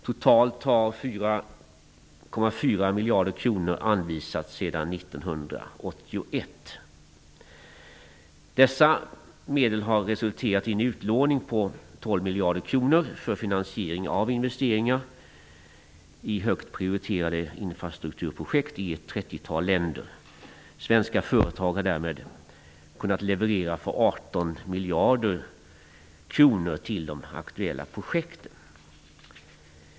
Totalt har 4,4 Dessa medel har resulterat i en utlåning på 12 miljarder kronor för finansiering av investeringar i högt prioriterade infrastrukturprojekt i ett 30 tal länder. Svenska företag har därmed kunnat leverera för 18 miljarder kronor till de aktuella projekten.